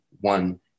one